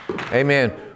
Amen